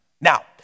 Now